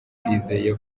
twizeye